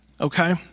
okay